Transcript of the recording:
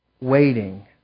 waiting